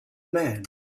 man